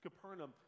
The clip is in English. Capernaum